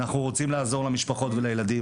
אנחנו רוצים לעזור למשפחות ולילדים,